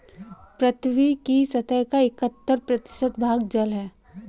पृथ्वी की सतह का इकहत्तर प्रतिशत भाग जल है